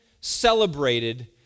celebrated